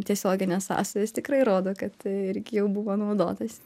tiesioginės sąsajos tikrai rodo kad irgi jau buvo naudotasi